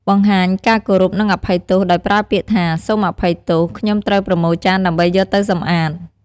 បង្ហាញការគោរពនិងអភ័យទោសដោយប្រើពាក្យថា "សូមអភ័យទោស ខ្ញុំត្រូវប្រមូលចានដើម្បីយកទៅសម្អាត"។